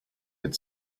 had